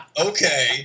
Okay